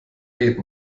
geht